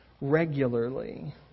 regularly